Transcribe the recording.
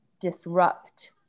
disrupt